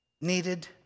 needed